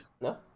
No